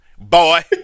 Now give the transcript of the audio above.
boy